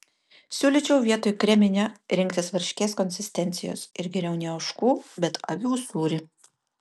siūlyčiau vietoj kreminio rinktis varškės konsistencijos ir geriau ne ožkų bet avių sūrį